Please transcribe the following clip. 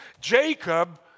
Jacob